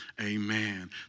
Amen